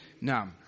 Now